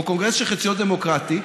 או קונגרס שחציו דמוקרטי,